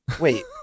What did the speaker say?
Wait